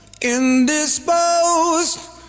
indisposed